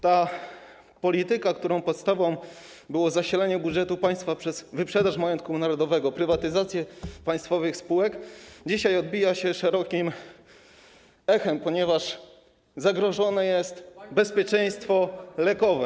Ta polityka, którą podstawą było zasilenie budżetu państwa przez wyprzedaż majątku narodowego, prywatyzacje państwowych spółek, dzisiaj odbija się szerokim echem, ponieważ zagrożone jest bezpieczeństwo lekowe.